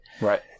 Right